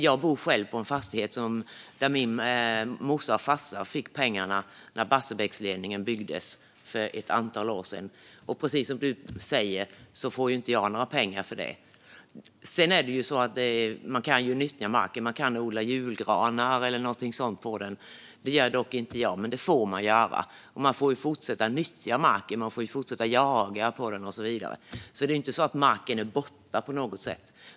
Jag bor själv på en fastighet där min morsa och farsa fick pengar när Barsebäckledningen byggdes för ett antal år sedan. Precis som Rickard Nordin säger får inte jag några pengar för det. Sedan är det ju så att man kan nyttja marken; man kan odla julgranar eller något sådant på den. Det gör inte jag, men det får man göra. Man får alltså fortsätta nyttja marken - man får jaga på den och så vidare - så den är inte borta på något sätt.